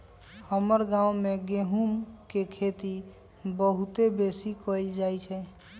हमर गांव में गेहूम के खेती बहुते बेशी कएल जाइ छइ